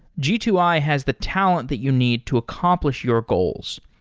g two i has the talent that you need to accomplish your goals.